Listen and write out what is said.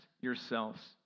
yourselves